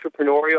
entrepreneurial